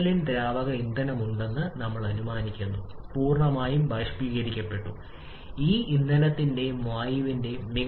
അതിനാൽ പ്രോസസ്സ് 1 2 സമയത്ത് നമ്മൾക്ക് താപനില നില കുറയുന്നു അതിനാൽ കംപ്രഷന്റെ അവസാന താപനില താപനിലയും മർദ്ദവും അനുയോജ്യമായ ചക്രത്തേക്കാൾ കുറവാണ്